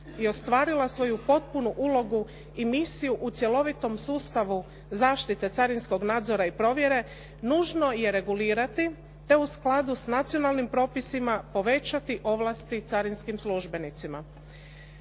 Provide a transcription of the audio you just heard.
i ostvarila svoju potpunu ulogu i misiju u cjelovitom sustavu zaštite carinskog nadzora i provjere nužno je regulirati te u skladu sa nacionalnim propisima povećati ovlasti carinskim službenicima.